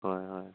হয় হয়